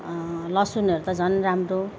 लसुनहरू त झन् राम्रो